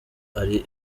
ari